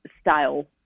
style